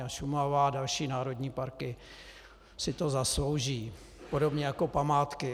Šumava a další národní parky si to zaslouží, podobně jako památky.